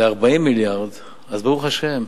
ל-40 מיליארד, וברוך השם,